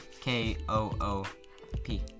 K-O-O-P